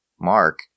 Mark